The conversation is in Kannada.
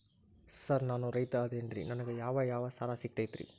ಸರ್ ನಾನು ರೈತ ಅದೆನ್ರಿ ನನಗ ಯಾವ್ ಯಾವ್ ಸಾಲಾ ಸಿಗ್ತೈತ್ರಿ?